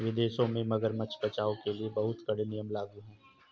विदेशों में मगरमच्छ बचाओ के लिए बहुत कड़े नियम लागू हैं